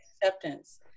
acceptance